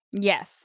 yes